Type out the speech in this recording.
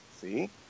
see